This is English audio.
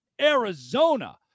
Arizona